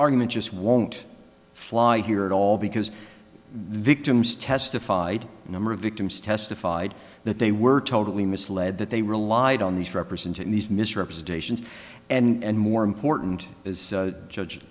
argument just won't fly here at all because victims testified number of victims testified that they were totally misled that they relied on these representing these misrepresentations and more important as judge